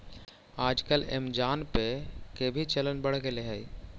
आजकल ऐमज़ान पे के भी चलन बढ़ गेले हइ